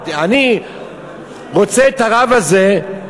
אני רוצה את הרב הזה,